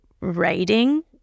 writing